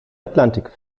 atlantik